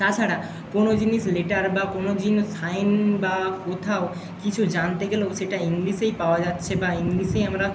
তাছাড়া কোনো জিনিস লেটার বা কোনো জিনিস সাইন বা কোথাও কিছু জানতে গেলেও সেটা ইংলিশেই পাওয়া যাচ্ছে বা ইংলিশেই আমরা